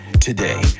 Today